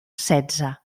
setze